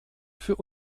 für